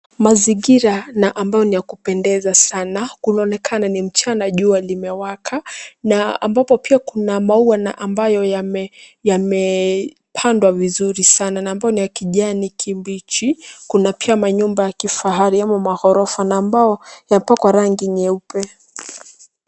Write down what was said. Mazingira na ambayo ni ya kupendeza sana, kunaonekana ni mchana jua limewaka na ambapo pia kuna mau ana ambayo yamepandwa vizuri sana na ambayo ni ya kijani kibichi, kuna pia manyumba ya kifahari ama maghorofa na ambayo yamepakwa rangi nyeupe.